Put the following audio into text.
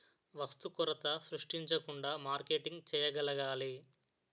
వస్తు కొరత సృష్టించకుండా మార్కెటింగ్ చేయగలగాలి